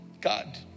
God